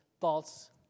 thoughts